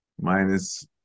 Minus